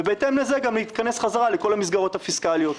ובהתאם לזה גם להתכנס חזרה לכל המסגרת הפיסקליות.